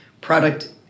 product